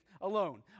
alone